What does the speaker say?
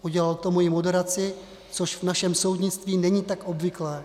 Udělal k tomu i moderaci, což v našem soudnictví není tak obvyklé.